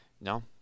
No